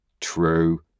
True